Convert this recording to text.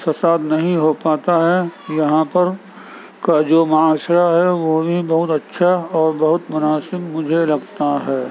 فساد نہیں ہوپاتا ہے یہاں پر کا جو معاشرہ ہے وہ بھی بہت اچھا اور بہت مناسب مجھے لگتا ہے